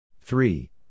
three